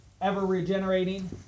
ever-regenerating